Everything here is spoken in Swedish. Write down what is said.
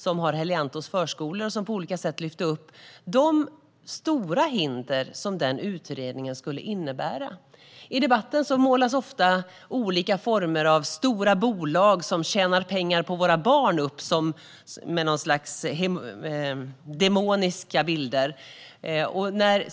Hon driver Helianthus förskolor, och hon lyfte på olika sätt upp de stora hinder som utredningen skulle innebära. I debatten målar man ofta upp något slags demoniska bilder av olika former av stora bolag som tjänar pengar på våra barn.